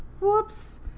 Whoops